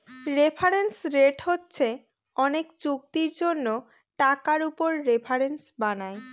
reference rate হচ্ছে অনেক চুক্তির জন্য টাকার উপর রেফারেন্স বানায়